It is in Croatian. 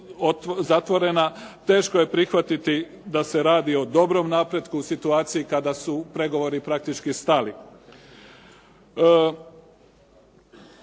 Teško je prihvatiti da se radi o dobrom napretku u situaciji kada su pregovori praktički stali.